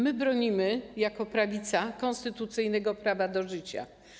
My bronimy, jako prawica, konstytucyjnego prawa do życia.